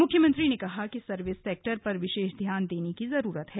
मुख्यमंत्री ने कहा कि सर्विस सेक्टर पर विशेष ध्यान देने की जरूरत है